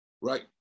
right